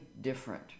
different